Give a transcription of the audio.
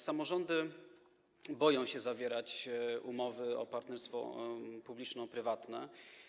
Samorządy boją się zawierać umowy partnerstwa publiczno-prywatnego.